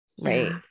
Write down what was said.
right